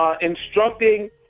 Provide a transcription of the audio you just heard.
instructing